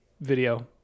video